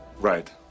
Right